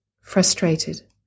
frustrated